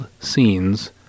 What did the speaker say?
scenes